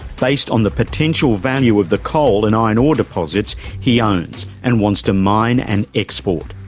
based on the potential value of the coal and iron ore deposits he owns and wants to mine and export.